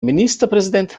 ministerpräsident